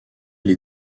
les